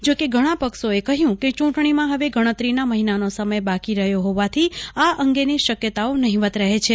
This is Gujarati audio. જોકે ઘણા પક્ષોએ કહ્યું કે ચૂંટણીમાં હવે ગણતરીના મહિનાનો સમય બાકી રહ્યો હોવાથી આ અંગેની શક્યતાઓ નહીંવત રહે છે